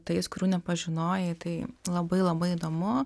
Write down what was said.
tais kurių nepažinojai tai labai labai įdomu